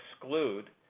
exclude